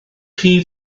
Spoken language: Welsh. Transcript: chi